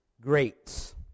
greats